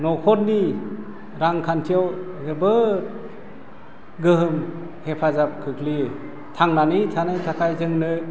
न'खरनि रांखान्थियाव जोबोद गोहोम हेफाजाब गोग्लैयो थांनानै थानो थाखाय जोंनो